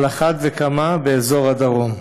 על אחת כמה וכמה באזור הדרום.